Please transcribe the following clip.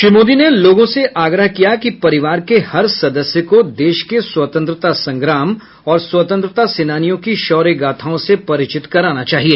श्री मोदी ने लोगों से आग्रह किया कि परिवार के हर सदस्य को देश के स्वतंत्रता संग्राम और स्वतंत्रता सेनानियों की शौर्य गाथाओं से परिचित कराना चाहिए